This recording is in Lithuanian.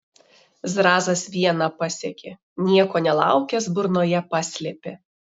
zrazas vieną pasiekė nieko nelaukęs burnoje paslėpė